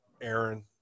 Aaron